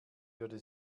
würde